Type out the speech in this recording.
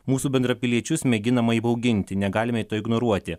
mūsų bendrapiliečius mėginama įbauginti negalime to ignoruoti